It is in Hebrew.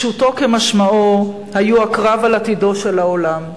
פשוטו כמשמעו היו הקרב על עתידו של העולם.